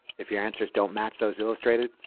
if your answers don't match those illustrated,